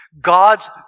God's